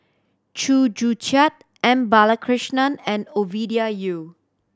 Chew Joo Chiat M Balakrishnan and Ovidia Yu